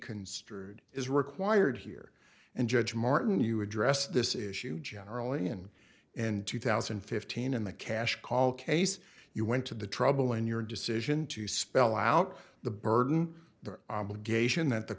construed is required here and judge martin you address this issue generally and in two thousand and fifteen in the cash call case you went to the trouble in your decision to spell out the burden the obligation that the